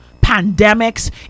pandemics